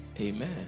Amen